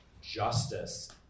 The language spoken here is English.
justice